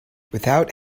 without